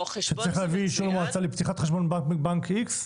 שאתה צריך להביא אישור מועצה לפתיחת חשבון בנק X?